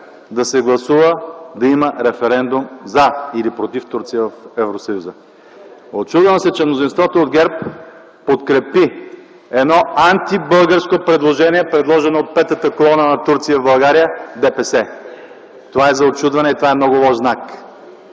да се гласува да има референдум „за” или „против” Турция в Евросъюза. Учудвам се, че мнозинството от ГЕРБ подкрепи едно антибългарско предложение, направено от петата колона на Турция в България – Движението за права и свободи. Това е за учудване и това е много лош знак.